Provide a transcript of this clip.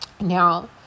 Now